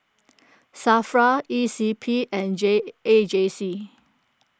Safra E C P and J A J C